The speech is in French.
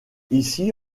ici